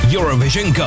Eurovision